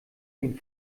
den